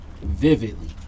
vividly